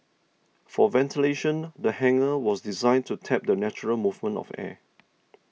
for ventilation the hangar was designed to tap the natural movement of air